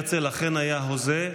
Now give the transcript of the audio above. הרצל אכן היה הוזה,